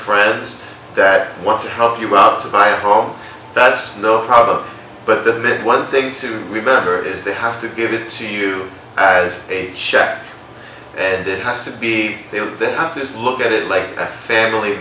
friends that want to help you out of my home that's no problem but the one thing to remember is they have to give it to you as a shack and it has to be they have to look at it like a family